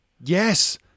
Yes